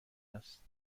است